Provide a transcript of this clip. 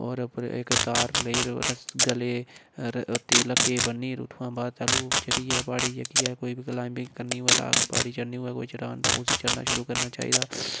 होर उप्पर इक तार लेई रस्सा गल्लै ई उत्त लक्कै ई ब'न्नियै उ'त्थुआं बाद तैलूं चलियै प्हाड़ी चढ़ियै कोई बी क्लाइबिंग करनी होई रॉक प्हाड़ी चढ़नी होऐ कोई चढ़ान तां उसी चढ़ना शुरू करना चाहि्दा